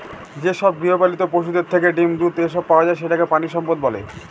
যেসব গৃহপালিত পশুদের থেকে ডিম, দুধ, এসব পাওয়া যায় সেটাকে প্রানীসম্পদ বলে